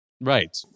right